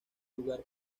lugar